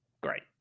Great